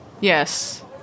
Yes